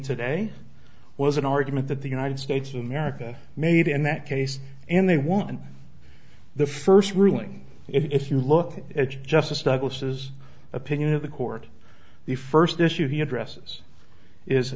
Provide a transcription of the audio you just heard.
today was an argument that the united states of america made in that case and they won the first ruling if you look at edge justice douglas's opinion of the court the first issue he addresses is